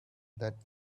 that